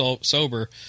sober